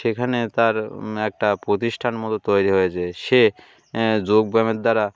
সেখানে তার একটা প্রতিষ্ঠান মতো তৈরি হয়েছে সে যোগব্যায়ামের দ্বারা